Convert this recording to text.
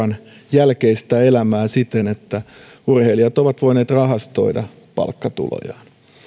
jälkeistä elämää siten että urheilijat ovat voineet rahastoida palkkatulojaan